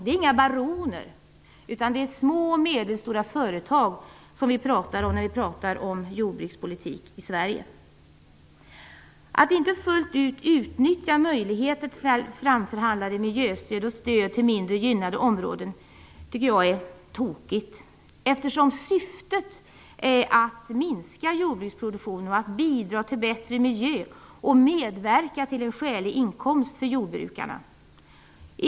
Det finns inga baroner, utan det är små och medelstora företag vi pratar om när vi pratar om jordbrukspolitik i Sverige. Att inte fullt ut utnyttja möjligheten till framförhandlade miljöstöd och stöd till mindre gynnade områden tycker jag är tokigt, eftersom syftet är att minska jordbruksproduktionen, bidra till bättre miljö och medverka till en skälig inkomst för jordbrukarna.